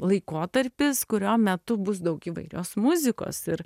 laikotarpis kurio metu bus daug įvairios muzikos ir